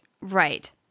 right